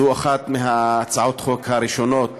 זו אחת מהצעות החוק הראשונות